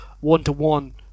one-to-one